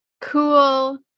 cool